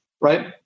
right